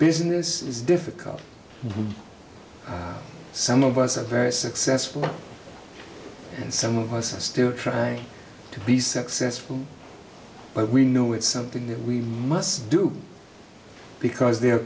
business is difficult some of us are very successful and some of us are still trying to be successful but we know it's something that we must do because the